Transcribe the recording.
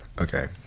Okay